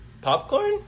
Popcorn